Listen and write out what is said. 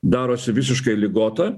darosi visiškai ligota